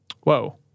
Whoa